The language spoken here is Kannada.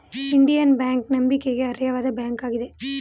ಇಂಡಿಯನ್ ಬ್ಯಾಂಕ್ ನಂಬಿಕೆಗೆ ಅರ್ಹವಾದ ಬ್ಯಾಂಕ್ ಆಗಿದೆ